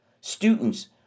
students